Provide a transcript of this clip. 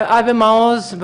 חבר הכנסת אבי מעוז.